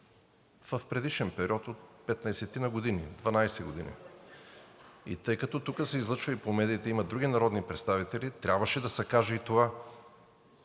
в предишен период от петнадесетина година – 12 години. И тъй като се излъчва и по медиите, има други народни представители, трябваше да се каже и това: